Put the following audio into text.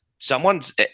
Someone's